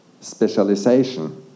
specialization